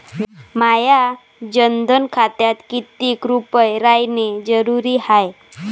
माह्या जनधन खात्यात कितीक रूपे रायने जरुरी हाय?